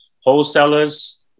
wholesalers